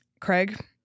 Craig